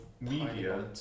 media